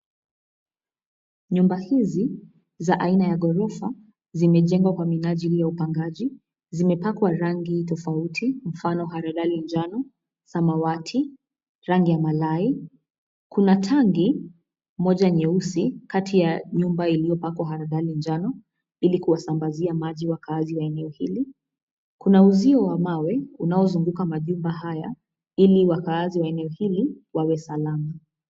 Nyumba hizi za aina ya ghorofa, zimejengwa kwa mijali ya upangaji. Zimepakwa rangi tofauti kwa mfano haradhali njano, samawati, rangi ya malai. Kuna tangi, moja nyeusi kati ya nyumba iliyopakwa haradhali njano ili kuwasambazia maji wakaazi wa eneo hili. Kuna uzio wa mawe unaozunguka majumba haya ili wakaazi wa eneo hili wawe salama.